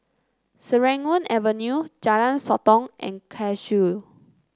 Serangoon Avenue Jalan Sotong and Cashew